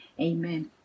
amen